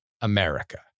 America